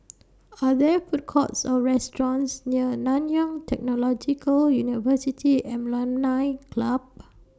Are There Food Courts Or restaurants near Nanyang Technological University Alumni Club